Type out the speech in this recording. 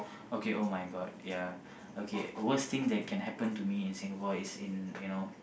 okay [oh]-my-god ya okay worst thing that can happen to me in Singapore is in you know